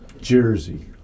jersey